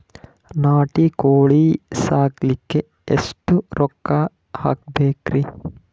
ನಾಟಿ ಕೋಳೀ ಸಾಕಲಿಕ್ಕಿ ಎಷ್ಟ ರೊಕ್ಕ ಹಾಕಬೇಕ್ರಿ?